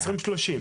ב-2030.